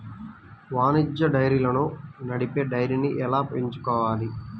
వాణిజ్య డైరీలను నడిపే డైరీని ఎలా ఎంచుకోవాలి?